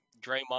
Draymond